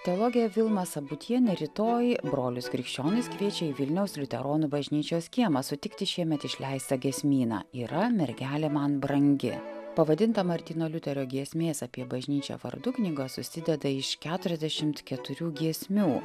teologė vilma sabutienė rytoj brolius krikščionis kviečia į vilniaus liuteronų bažnyčios kiemą sutikti šiemet išleistą giesmyną yra mergelė man brangi pavadinta martyno liuterio giesmės apie bažnyčią vardu knyga susideda iš keturiasdešimt keturių giesmių